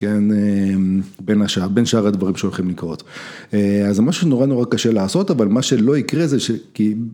בין שאר הדברים שהולכים לקרות, אז זה משהו שנורא נורא קשה לעשות, אבל מה שלא יקרה זה שכאילו.